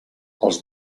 els